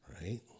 right